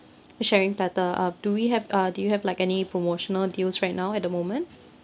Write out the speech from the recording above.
sharing platter uh do we have uh do you have like any promotional deals right now at the moment